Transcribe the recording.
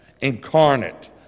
incarnate